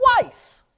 twice